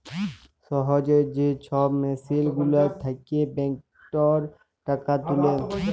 সহজে যে ছব মেসিল গুলার থ্যাকে ব্যাংকটর টাকা তুলে